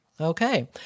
Okay